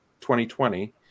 2020